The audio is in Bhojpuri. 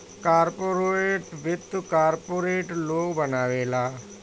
कार्पोरेट वित्त कार्पोरेट लोग बनावेला